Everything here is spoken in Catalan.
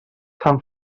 tan